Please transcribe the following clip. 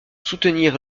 soutenir